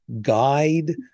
guide